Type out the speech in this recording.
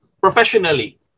professionally